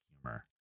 humor